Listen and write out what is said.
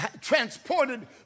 transported